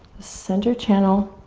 center channel.